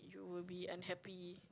we'll be unhappy